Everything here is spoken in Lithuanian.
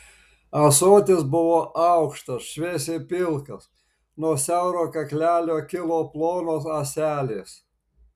ąsotis buvo aukštas šviesiai pilkas nuo siauro kaklelio kilo plonos ąselės